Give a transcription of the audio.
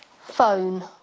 phone